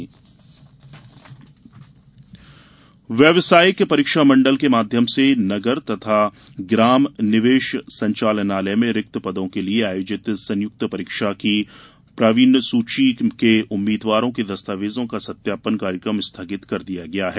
सत्यापन स्थगित व्यावसायिक परीक्षा मंडल के माध्यम से नगर तथा ग्राम निवेश संचालनालय में रिक्त पदों के लिये आयोजित संयुक्त परीक्षा की प्रावीण्य सूची के उम्मीदवारों के दस्तावेजों का सत्यापन कार्यक्रम स्थगित कर दिया है